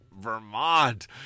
Vermont